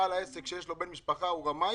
בעל העסק שיש לו בן משפחה הוא רמאי,